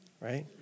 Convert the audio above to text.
right